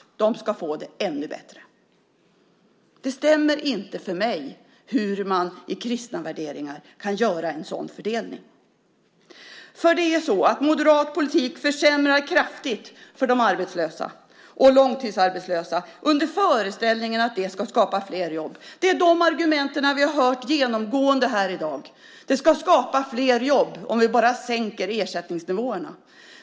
De ska få det ännu bättre. Det stämmer inte för mig hur man med kristna värderingar kan göra en sådan fördelning. Moderat politik försämrar kraftigt för de arbetslösa och långtidsarbetslösa under föreställningen att det ska skapa flera jobb. Det är de argumenten vi har hört genomgående i dag. Det ska skapa flera jobb om vi bara sänker ersättningsnivåerna.